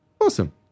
awesome